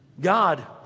God